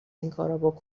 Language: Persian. اینکارا